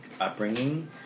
upbringing